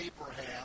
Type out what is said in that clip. Abraham